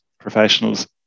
professionals